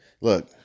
look